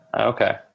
Okay